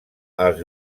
els